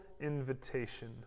invitation